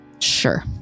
sure